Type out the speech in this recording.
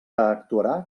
actuarà